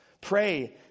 Pray